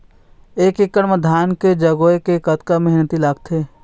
एक एकड़ म धान के जगोए के कतका मेहनती लगथे?